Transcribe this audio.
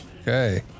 Okay